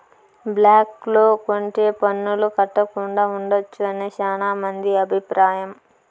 black లో కొంటె పన్నులు కట్టకుండా ఉండొచ్చు అని శ్యానా మంది అభిప్రాయం